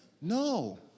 No